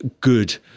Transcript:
good